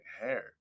hair